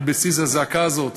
על בסיס הזעקה הזאת,